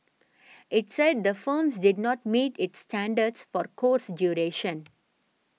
it said the firms did not meet its standards for course duration